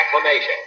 acclamation